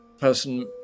person